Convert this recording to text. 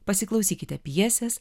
pasiklausykite pjesės